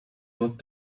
not